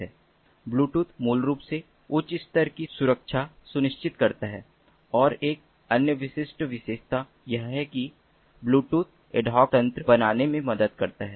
Bluetooth मूल रूप से उच्च स्तर की सुरक्षा सुनिश्चित करता है और एक अन्य विशिष्ट विशेषता यह है कि ब्लूटूथ एड हॉक तंत्र बनाने में मदद करता है